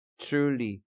truly